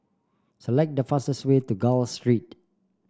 select the fastest way to Gul Street